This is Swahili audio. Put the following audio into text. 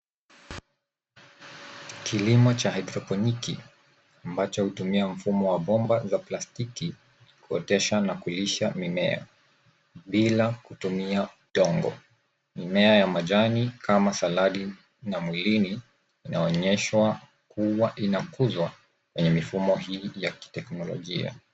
Kilimo cha[cs ] hydroponic[cs ] ambacho hutumia mfumo wa mabomba ya plastiki huotesha na kulisha mimea bila kutumia udongo. Mimea ya majani kama saladi na mhindi inaonyeshwa kuwa inakuzwa na mifumo hii ya kiteknolojia.